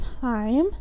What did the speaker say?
time